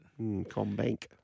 Combank